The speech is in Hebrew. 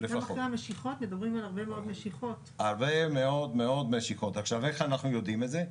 עכשיו איך אנחנו יודעים את זה,